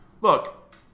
Look